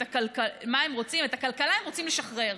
את הכלכלה הם רוצים לשחרר,